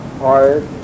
hard